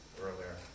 earlier